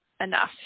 enough